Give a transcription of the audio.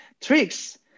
tricks